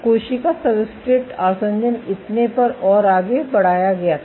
कोशिका सब्सट्रेट आसंजन इतने पर और आगे बढ़ाया गया था